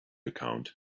account